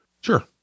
Sure